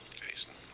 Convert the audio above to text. jason,